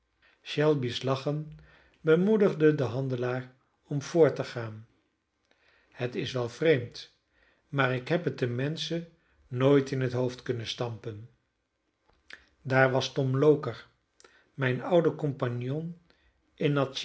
shelby's lachen bemoedigde den handelaar om voort te gaan het is wel vreemd maar ik heb het den menschen nooit in het hoofd kunnen stampen daar was tom loker mijn oude compagnon in